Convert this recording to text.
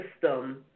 system